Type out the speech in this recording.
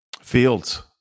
Fields